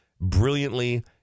brilliantly